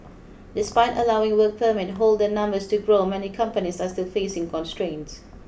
despite allowing work permit holder numbers to grow many companies are still facing constraints